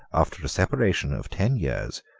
after a separation of ten years,